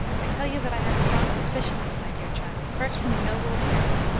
i tell you that i had a strong suspicion of it, my dear child, first, from the noble appearance,